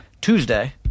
Tuesday